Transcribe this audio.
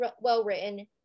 well-written